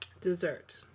Dessert